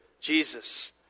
Jesus